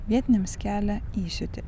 vietiniams kelia įsiūtį